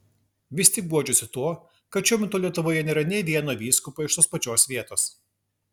vis tik guodžiuosi tuo kad šiuo metu lietuvoje nėra nė vieno vyskupo iš tos pačios vietos